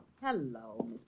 Hello